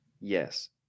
Yes